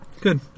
Good